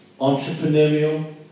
entrepreneurial